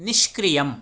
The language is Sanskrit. निष्क्रियम्